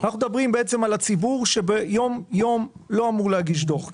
אנחנו מדברים על ציבור שביום-יום לא אמור להגיש דו"ח;